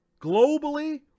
globally